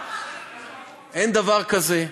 אין דבר כזה.